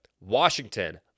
Washington